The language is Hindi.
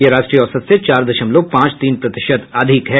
यह राष्ट्रीय औसत से चार दशमलव पांच तीन प्रतिशत अधिक है